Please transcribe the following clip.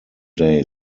day